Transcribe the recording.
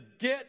get